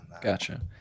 gotcha